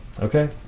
okay